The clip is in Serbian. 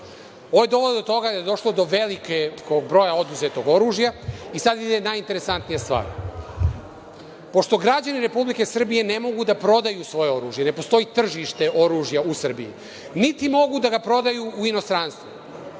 je dovelo do toga da je došlo do velikog broj oduzetog oružja. Sada ide najinteresantnija stvar. Pošto građani Republike Srbije ne mogu da prodaju svoje oružje, ne postoji tržište oružja u Srbiji, niti mogu da ga prodaju u inostranstvu,